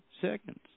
seconds